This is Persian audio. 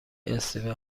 استیون